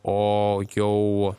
o jau